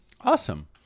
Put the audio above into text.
awesome